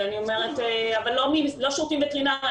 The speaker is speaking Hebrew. אבל לא שירותים וטרינאריים.